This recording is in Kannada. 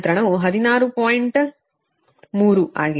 3 ಆಗಿತ್ತು